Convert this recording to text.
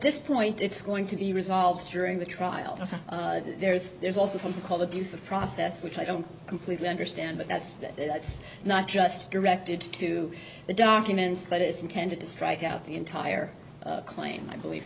this point it's going to be resolved during the trial but there's there's also something called abuse of process which i don't completely understand but that's not just directed to the documents but it's intended to strike out the entire claim i believe